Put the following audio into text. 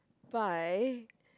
by